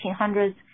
1800s